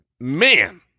Man